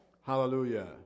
Hallelujah